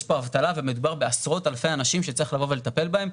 יש פה אבטלה ומדובר בעשרות אלפי אנשים שצריך לטפל בהם,